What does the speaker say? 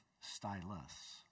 stylus